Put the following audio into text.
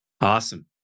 Awesome